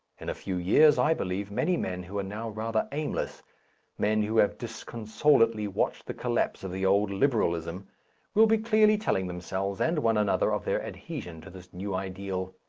in a few years i believe many men who are now rather aimless men who have disconsolately watched the collapse of the old liberalism will be clearly telling themselves and one another of their adhesion to this new ideal.